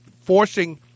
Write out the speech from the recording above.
forcing